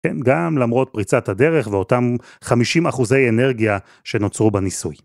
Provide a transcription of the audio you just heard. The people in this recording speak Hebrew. כן, גם למרות פריצת הדרך ואותם 50 אחוזי אנרגיה שנוצרו בניסוי.